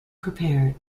prepared